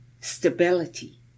stability